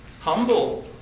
Humble